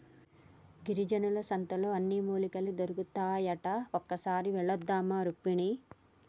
గిరిజనుల సంతలో అన్ని మూలికలు దొరుకుతాయట ఒక్కసారి వెళ్ళివద్దామా రుక్మిణి